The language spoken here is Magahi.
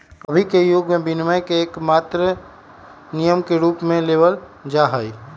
अभी के युग में विनियमन के मात्र एक नियम के रूप में लेवल जाहई